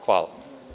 Hvala.